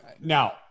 now